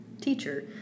teacher